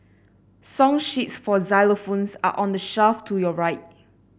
song sheets for xylophones are on the shelf to your right